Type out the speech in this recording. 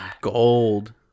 gold